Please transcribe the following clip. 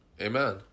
Amen